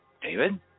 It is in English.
David